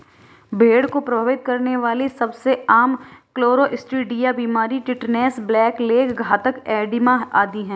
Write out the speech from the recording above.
भेड़ को प्रभावित करने वाली सबसे आम क्लोस्ट्रीडिया बीमारियां टिटनेस, ब्लैक लेग, घातक एडिमा आदि है